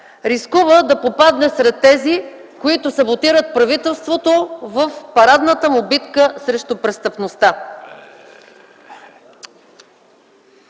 рискува да попадне сред онези, които саботират правителството в парадната му битка срещу престъпността.